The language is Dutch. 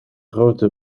grote